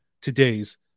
today's